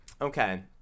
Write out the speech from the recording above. Okay